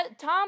Tom